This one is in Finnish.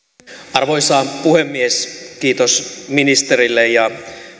arvoisa puhemies kiitos ministerille ja